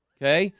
okay,